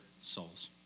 souls